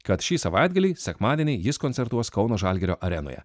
kad šį savaitgalį sekmadienį jis koncertuos kauno žalgirio arenoje